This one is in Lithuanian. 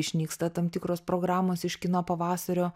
išnyksta tam tikros programos iš kino pavasario